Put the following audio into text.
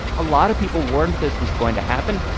a lot of people warned this was going to happen.